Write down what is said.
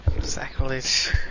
Sacrilege